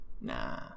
Nah